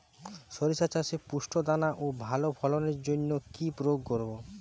শরিষা চাষে পুষ্ট দানা ও ভালো ফলনের জন্য কি প্রয়োগ করব?